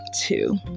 two